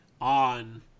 on